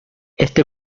este